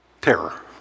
Terror